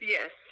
Yes